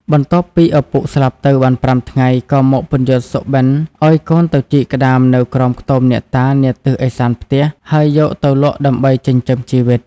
បន្ទាប់ពីឪពុកស្លាប់ទៅបាន៥ថ្ងៃក៏មកពន្យល់សុបិនឲ្យកូនទៅជីកក្ដាមនៅក្រោមខ្ទមអ្នកតានាទិសឦសានផ្ទះ ហើយយកទៅលក់ដើម្បីចិញ្ចឹមជីវិត។